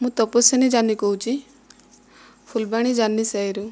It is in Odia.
ମୁଁ ତପସ୍ୱିନୀ ଯାନି କହୁଛି ଫୁଲବାଣୀ ଯାନି ସାହିରୁ